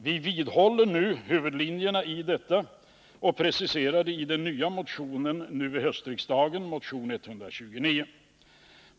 Vi vidhåller nu huvudlinjerna i detta förslag och preciserar dem i en motion, nr 129.